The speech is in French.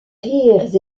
rires